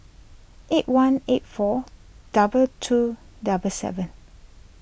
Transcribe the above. eight one eight four double two double seven